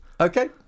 Okay